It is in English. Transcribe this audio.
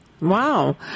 Wow